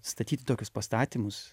statyti tokius pastatymus